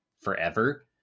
forever